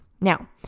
Now